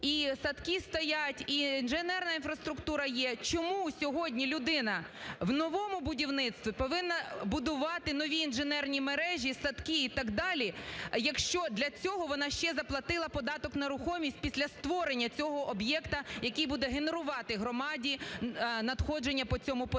і садки стоять, і інженерна інфраструктура є. Чому сьогодні людина в новому будівництві повинна будувати нові інженерні мережі і садки, і так далі, якщо для цього вона ще заплатила податок на нерухомість після створення цього об'єкта, який буде генерувати громаді надходження по цьому податку.